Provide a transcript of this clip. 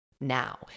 now